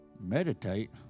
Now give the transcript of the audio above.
meditate